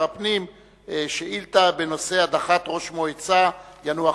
הפנים שאילתא בנושא הדחת ראש מועצת יאנוח-ג'ת.